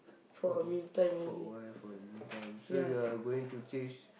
for for a while for a meantime so you are going to change